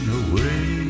away